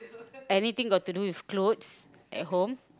everything got to do with clothes at home